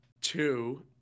two